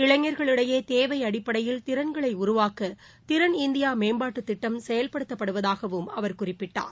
இளைஞர்களிடையே தேவை அடிப்படையில் திறள்களை உருவாக்க திறன் இந்தியா மேம்பாட்டுத் திட்டம் செயல்படுத்தப் படுவதாகவும் அவர் குறிப்பிட்டார்